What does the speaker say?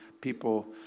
people